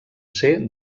ser